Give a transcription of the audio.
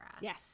Yes